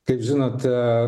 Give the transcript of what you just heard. kaip žinote